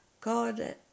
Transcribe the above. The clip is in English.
God